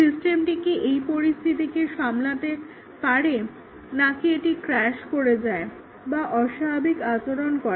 সিস্টেমটি কি এই পরিস্থিতিকে ভালোভাবে সামলে নিতে পারে নাকি এটি ক্রাশ করে যায় বা অস্বাভাবিক আচরণ করে